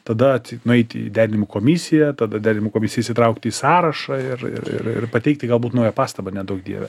tada nueiti į derinimo komisiją tada derinimo komisiją įsitraukti į sąrašą ir ir ir ir pateikti galbūt naują pastabą neduok dieve